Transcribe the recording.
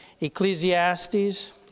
Ecclesiastes